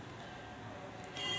मले ऑनलाईन कर्ज भरता येईन का?